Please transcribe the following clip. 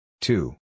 Two